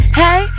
hey